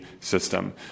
system